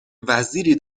وزیری